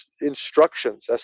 instructions